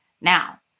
Now